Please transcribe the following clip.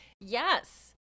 Yes